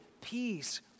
peace